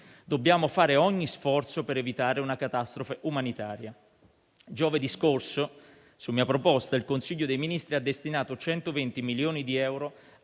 Dobbiamo fare ogni sforzo per evitare una catastrofe umanitaria. Giovedì scorso, su mia proposta, il Consiglio dei ministri ha destinato 120 milioni di euro